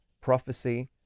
prophecy